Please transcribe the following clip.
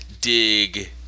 dig